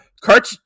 cart